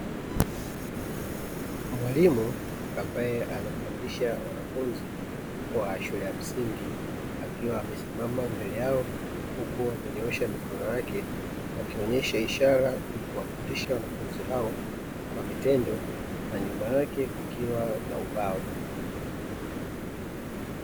Mwalimu ambaye anafundisha wanafunzi wa shule ya msingi akiwa amesimama mbele yao, huku amenyoosha mikono yake akionesha ishara ili kuwafundisha wanafunzi hao, kwavitendo na nyua yake kukiwa na ubao.